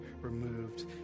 removed